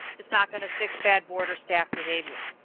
it's not going to fix bad board or staff behavior.